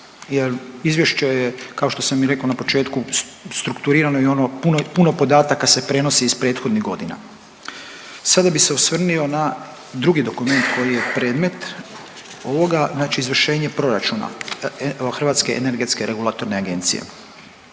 jer izvješće je kao što sam i rekao na početku strukturirano i ono puno podataka se prenosi iz prethodnih godina. Sada bih se osvrnio na drugi dokument koji je predmet ovoga, znači izvršenje proračuna Hrvatske energetske regulatorne agencije.